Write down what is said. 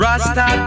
Rasta